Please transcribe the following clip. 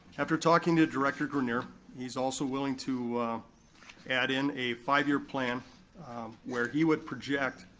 after talking to director grenier, he's also willing to add in a five-year plan where he would project,